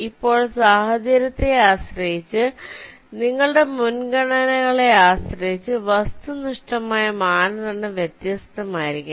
ഇപ്പോൾ സാഹചര്യത്തെ ആശ്രയിച്ച് നിങ്ങളുടെ മുൻഗണനകളെ ആശ്രയിച്ച് വസ്തുനിഷ്ഠമായ മാനദണ്ഡം വ്യത്യസ്തമായിരിക്കാം